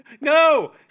No